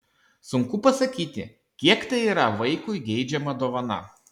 sunku pasakyti kiek tai yra vaikui geidžiama dovana